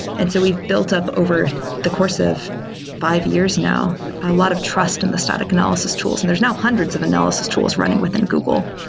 and so we've built up over the course of five years now a lot of trust in the static analysis tools, and there's now hundreds of analysis tools running within google.